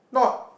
not